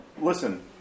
Listen